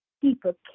people